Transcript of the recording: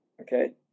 Okay